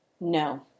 No